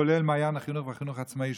כולל מעיין החינוך והחינוך העצמאי,